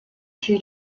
two